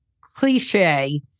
cliche